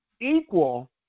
Equal